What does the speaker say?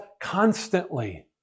constantly